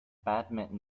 badminton